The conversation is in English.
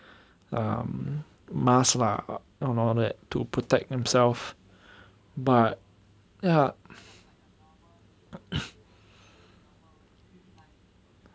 um must lah about that to protect themself but ya